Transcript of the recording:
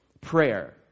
prayer